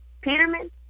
Peterman